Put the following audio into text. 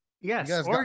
Yes